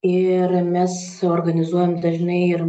ir mes organizuojam dažnai ir